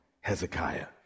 Hezekiah